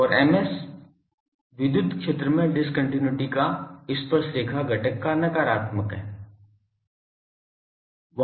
और Ms विद्युत क्षेत्र में डिस्कन्टिन्यूइटी का स्पर्शरेखा घटक का नकारात्मक है